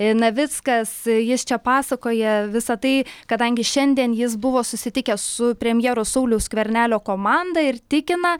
navickas jis čia pasakoja visą tai kadangi šiandien jis buvo susitikęs su premjero sauliaus skvernelio komanda ir tikina